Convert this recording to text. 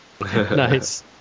Nice